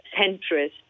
centrist